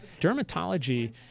dermatology